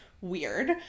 weird